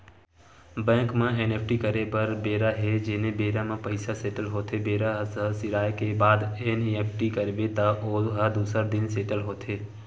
bank म NEFT करे बर बेरा हे जेने बेरा म पइसा सेटल होथे बेरा ह सिराए के बाद एन.ई.एफ.टी करबे त ओ ह दूसर दिन सेटल होथे